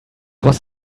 was